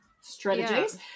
strategies